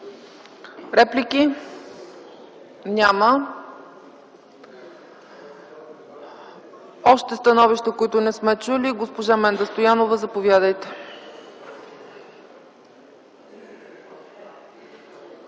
Реплики? Няма. Още становища, които не сме чули? Госпожо Менда Стоянова, заповядайте.